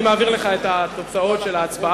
אני מעביר לך את התוצאות של ההצבעה.